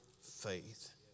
faith